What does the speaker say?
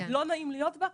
לא נעים להיות בה.